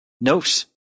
notes